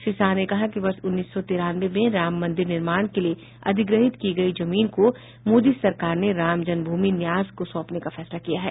श्री शाह ने कहा कि वर्ष उन्नीस सौ तिरानवे में राम मंदिर निर्माण के लिए अधिगृहित की गयी जमीन को मोदी सरकार ने राम जन्मभूमि न्यास को सौंपने का फैसला किया है